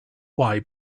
why